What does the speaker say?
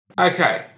Okay